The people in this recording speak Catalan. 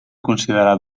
considerar